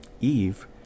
Eve